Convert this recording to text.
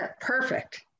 perfect